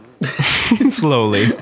Slowly